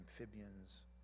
amphibians